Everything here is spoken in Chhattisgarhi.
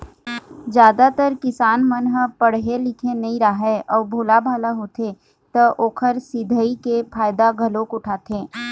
जादातर किसान मन ह पड़हे लिखे नइ राहय अउ भोलाभाला होथे त ओखर सिधई के फायदा घलोक उठाथें